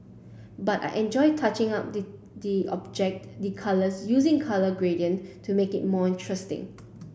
but I enjoy touching up the object the colour using colour gradient to make it more interesting